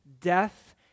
death